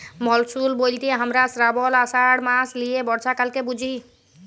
monsoon ব্যলতে হামরা শ্রাবল, আষাঢ় মাস লিয়ে বর্ষাকালকে বুঝি